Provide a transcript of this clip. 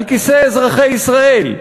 אל כיסי אזרחי ישראל.